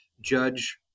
judge